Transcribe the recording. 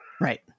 Right